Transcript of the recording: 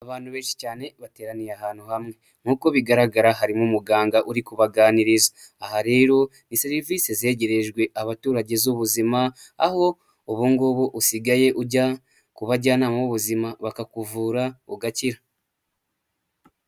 Abantu benshi cyane bateraniye ahantu hamwe, nk'uko bigaragara harimo umuganga uri kubaganiriza, aha rero ni serivisi zegerejwe abaturage z'ubuzima, aho ubu ngubu usigaye ujya ku bajyanama b'ubuzima bakakuvura ugakira.